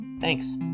Thanks